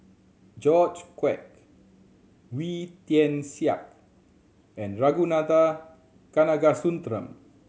George Quek Wee Tian Siak and Ragunathar Kanagasuntheram